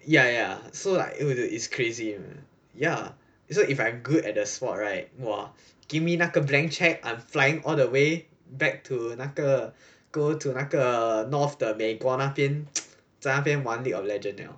ya ya so like dude it crazy ya so if I'm good at the sport right !wah! gimme 那个 blank check I'm flying all the way back to 那个 go to 那个 north 的美国那边 在那边玩 league of legends 了